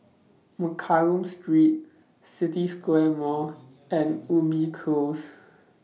Mccallum Street City Square Mall and Ubi Close